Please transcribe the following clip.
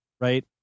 Right